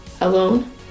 alone